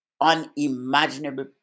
unimaginable